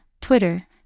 Twitter